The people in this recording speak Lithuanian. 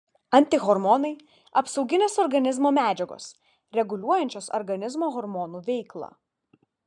antihormonai apsauginės organizmo medžiagos reguliuojančios organizmo hormonų veiklą